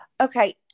Okay